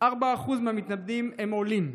ו-4% מהמתאבדים הם עולים.